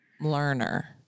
learner